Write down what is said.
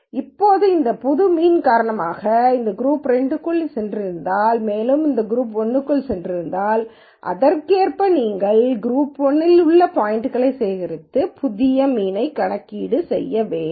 இப்போது இந்த புதிய மீன் காரணமாக இது குரூப் 2 க்குள் சென்றிருந்தால் மேலும் இது குரூப் 1 க்குள் சென்றிருந்தால் அதற்கேற்ப நீங்கள் குரூப் 1 இல் உள்ள அனைத்து பாய்ன்ட்களையும் சேகரித்து புதிய மீன்யைக் கணக்கிடு செய்ய வேண்டும்